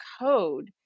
code